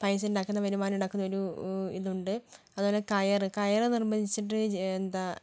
പൈസ ഉണ്ടാക്കുന്ന വരുമാനം ഉണ്ടാക്കുന്ന ഒരു ഇതുണ്ട് അതുപോലെ കയർ കയർ നിർമ്മിച്ചിട്ട് എന്താ